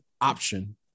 option